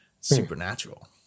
supernatural